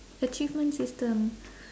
achievement system